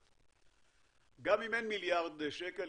גם אם אין מיליארד שקל.